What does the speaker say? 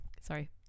Sorry